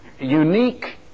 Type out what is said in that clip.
unique